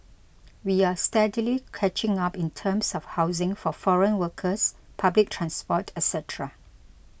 we are steadily catching up in terms of housing for foreign workers public transport etcetera